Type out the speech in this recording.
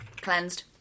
cleansed